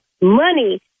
money